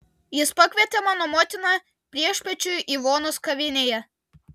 jis pakvietė mano motiną priešpiečių ivonos kavinėje